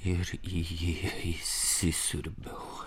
ir į jį įsisiurbiau